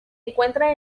encuentra